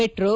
metro